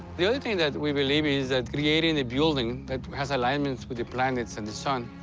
the other thing that we believe is that creating the building that has alignments with the planets and the sun,